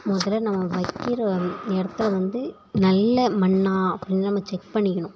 மொதலில் நம்ம வைக்கிற இடத்த வந்து நல்ல மண்ணாக அப்படின்னு நம்ம செக் பண்ணிக்கணும்